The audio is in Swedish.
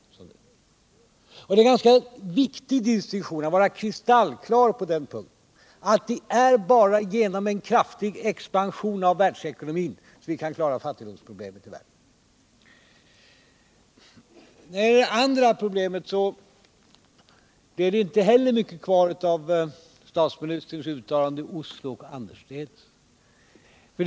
Det är ganska viktigt att göra en kristallklar distinktion på den punkten: det är bara genom en kraftig expansion av världsekonomin som vi kan klara fattigdomsproblemen i världen. Beträffande det andra problemet blir det inte heller mycket kvar av statsministerns uttalanden i Oslo och annorstädes.